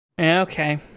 okay